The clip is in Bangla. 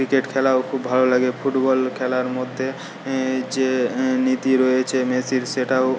ক্রিকেট খেলাও খুব ভালো লাগে ফুটবল খেলার মধ্যে যে নীতি রয়েছে মেসির সেটাও